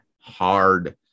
hard